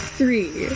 three